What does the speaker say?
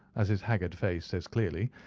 as his haggard face says clearly.